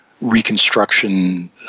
reconstruction